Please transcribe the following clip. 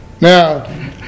Now